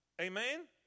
Amen